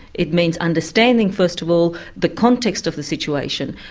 it means understanding, first of all, the context of the situation.